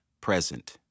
present